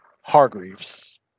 hargreaves